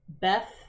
Beth